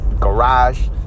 garage